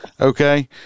okay